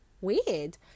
Weird